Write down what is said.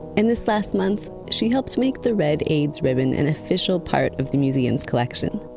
and this last month, she helped make the red aids ribbon an official part of the museum's collection.